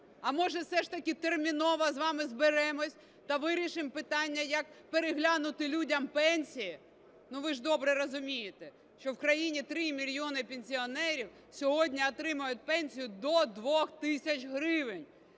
А може, все ж таки терміново з вами зберемось та вирішимо питання, як переглянути людям пенсії? Ви ж добре розумієте, що в країні 3 мільйони пенсіонерів сьогодні отримують пенсію до 2 тисяч гривень.